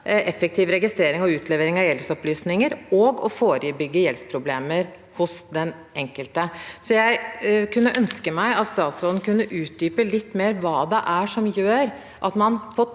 effektiv registrering og utlevering av gjeldsopplysninger og å forebygge gjeldsproblemer hos den enkelte. Jeg kunne ønske meg at statsråden kunne utdype litt mer – på tross av at dette